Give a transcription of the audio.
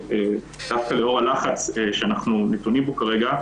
דווקא לאור הלחץ שאנחנו נתונים בו רגע,